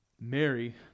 Mary